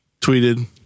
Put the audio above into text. tweeted